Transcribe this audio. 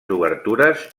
obertures